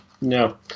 No